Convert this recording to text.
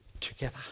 together